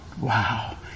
Wow